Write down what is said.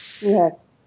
Yes